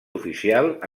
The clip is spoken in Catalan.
oficial